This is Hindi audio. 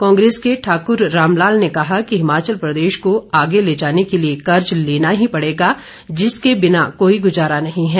कांग्रेस के ठाकुर रामलाल ने कहा कि हिमाचल प्रदेश को आगे ले जाने के लिए कर्ज लेना ही पड़ेगा जिसके बिना कोई गुजारा नही है